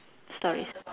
stories